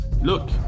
look